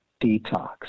detox